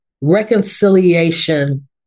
reconciliation